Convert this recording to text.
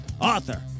author